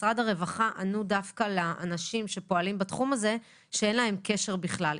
ומשרד הרווחה ענו לאנשים שפועלים בתחום הזה שאין להם קשר בכלל.